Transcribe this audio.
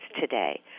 today